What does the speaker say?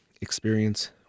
experience